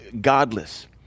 godless